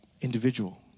individual